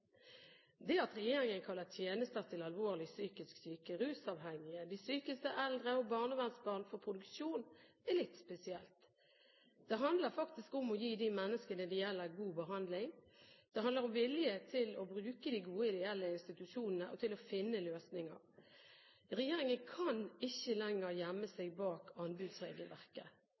Det at regjeringen kaller tjenester til alvorlig psykisk syke, rusavhengige, de sykeste eldre og barnevernsbarn for produksjon, er litt spesielt. Det handler faktisk om å gi de menneskene det gjelder, god behandling. Det handler om vilje til å bruke de gode ideelle institusjonene og til å finne løsninger. Regjeringen kan ikke lenger gjemme seg bak anbudsregelverket.